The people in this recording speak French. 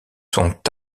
sont